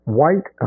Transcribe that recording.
white